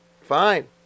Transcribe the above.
fine